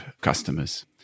customers